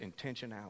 intentionality